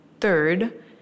third